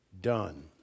done